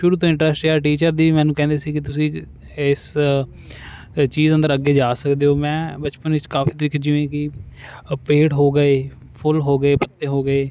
ਸ਼ੁਰੂ ਤੋਂ ਇੰਟ੍ਰਸਟ ਸੀਗਾ ਟੀਚਰ ਦੀ ਮੈਨੂੰ ਕਹਿੰਦੇ ਸੀ ਕਿ ਤੁਸੀਂ ਇਸ ਚੀਜ ਅੰਦਰ ਅੱਗੇ ਜਾ ਸਕਦੇ ਹੋ ਮੈਂ ਬਚਪਨ ਵਿੱਚ ਕਾਫ਼ੀ ਦੇਖੇ ਜਿਵੇਂ ਕੀ ਆ ਪੇੜ ਹੋ ਗਏ ਫੁੱਲ ਹੋ ਗਏ ਪੱਤੇ ਹੋ ਗੇ